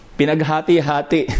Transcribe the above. pinaghati-hati